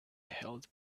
held